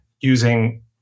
using